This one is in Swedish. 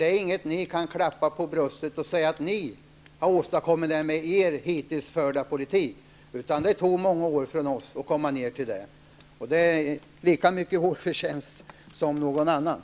Det är inget som ni kan klappa er på bröstet och säga att ni med er hittills förda politik har åstadkommit, utan det tog många år för oss socialdemokrater att komma ned till en så låg siffra. Det är alltså lika mycket vår förtjänst som någon annans.